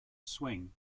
swing